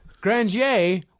Grandier